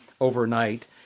overnight